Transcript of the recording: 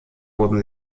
wurde